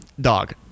dog